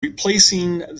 replacing